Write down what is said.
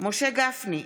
משה גפני,